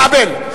כבל,